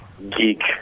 geek